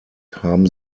haben